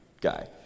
guy